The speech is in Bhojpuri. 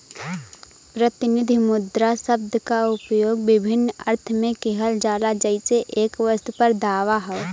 प्रतिनिधि मुद्रा शब्द क उपयोग विभिन्न अर्थ में किहल जाला जइसे एक वस्तु पर दावा हौ